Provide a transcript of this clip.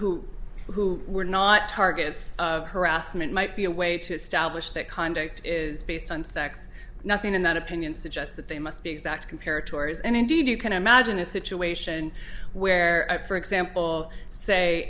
who who were not targets of harassment might be a way to establish that conduct is based on sex nothing in that opinion suggests that they must be exact compared to ours and indeed you can imagine a situation where for example say